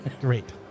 great